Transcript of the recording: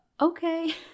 Okay